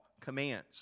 commands